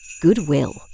goodwill